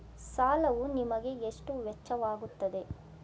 ಸಾಲವು ನಿಮಗೆ ಎಷ್ಟು ವೆಚ್ಚವಾಗುತ್ತದೆ?